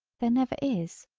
there never is.